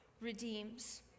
redeems